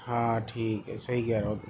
ہاں ٹھیک ہے صحیح کہہ رہے ہو